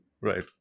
Right